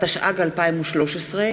התשע"ג 2013,